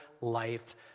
life